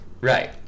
Right